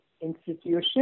institution